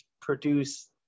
produce